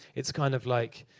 it's kind of like,